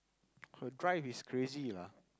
her drive is crazy lah